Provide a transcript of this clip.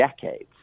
decades